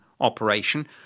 operation